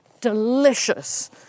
delicious